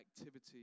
activity